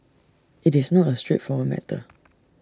IT is not A straightforward matter